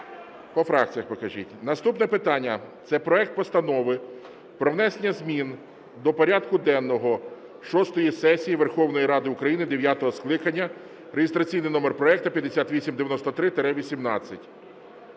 Наступне питання – це проект Постанови про внесення змін до порядку денного шостої сесії Верховної Ради України дев'ятого скликання (реєстраційний номер проекту 5893-18).